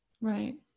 Right